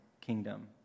kingdom